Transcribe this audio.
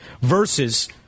versus –